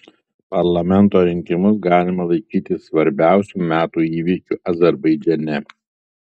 parlamento rinkimus galima laikyti svarbiausiu metų įvykiu azerbaidžane